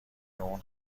اون